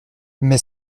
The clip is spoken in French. mais